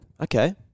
okay